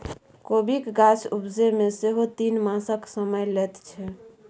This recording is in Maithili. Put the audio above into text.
कोबीक गाछ उपजै मे सेहो तीन मासक समय लैत छै